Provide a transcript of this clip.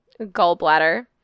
gallbladder